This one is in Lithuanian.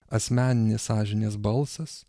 asmeninės sąžinės balsas